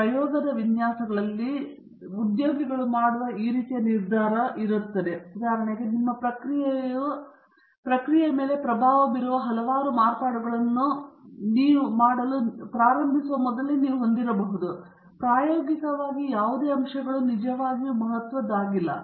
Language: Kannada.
ಆದ್ದರಿಂದ ಪ್ರಯೋಗಗಳ ವಿನ್ಯಾಸದಲ್ಲಿ ನೀವು ಉದ್ಯೋಗಿ ಮಾಡುವ ಈ ರೀತಿಯ ನಿರ್ಧಾರವು ಉದಾಹರಣೆಗೆ ನಿಮ್ಮ ಪ್ರಕ್ರಿಯೆಯ ಮೇಲೆ ಪ್ರಭಾವ ಬೀರುವ ಹಲವಾರು ಮಾರ್ಪಾಡುಗಳನ್ನು ನೀವು ಪ್ರಾರಂಭಿಸಲು ಮುಂಚೆಯೇ ಹೊಂದಿರಬಹುದು ಪ್ರಾಯೋಗಿಕವಾಗಿ ಯಾವುದೇ ಅಂಶಗಳು ನಿಜವಾಗಿಯೂ ಮಹತ್ವದ್ದಾಗಿಲ್ಲ